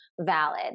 valid